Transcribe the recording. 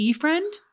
friend